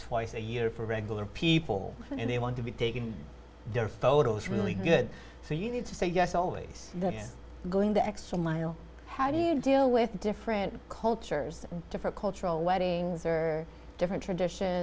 twice a year for regular people and they want to be taking their photos really good so you need to say yes always going the extra mile how do you deal with different cultures different cultural wedding different tradition